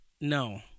no